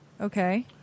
Okay